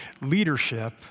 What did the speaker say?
leadership